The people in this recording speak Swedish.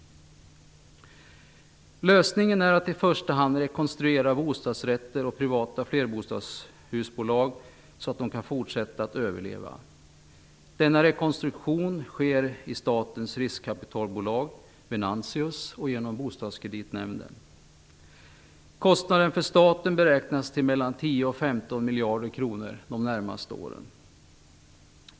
Lösningen är att i första hand rekonstruera bostadsrättsföreningar och privata flerbostadshusbolag så att de kan fortsätta att överleva. Denna rekonstruktion sker i statens riskkapitalbolag, Venantius, och genom Bostadskreditnämnden. Kostnaden för staten beräknas till mellan 10 och 15 miljarder kronor de närmaste åren.